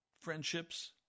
friendships